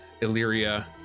Illyria